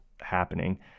happening